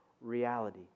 reality